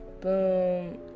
Boom